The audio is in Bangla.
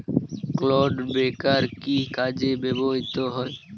ক্লড ব্রেকার কি কাজে ব্যবহৃত হয়?